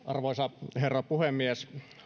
arvoisa herra puhemies